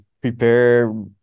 prepare